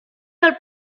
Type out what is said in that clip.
del